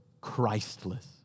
Christless